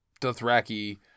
Dothraki